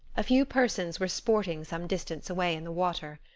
a few persons were sporting some distance away in the water.